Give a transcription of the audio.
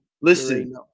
listen